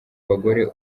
bagore